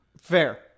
Fair